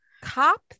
cop